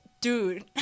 dude